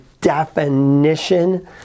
definition